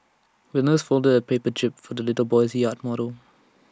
the nurse folded A paper jib for the little boy's yacht model